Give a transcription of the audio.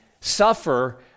suffer